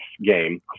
game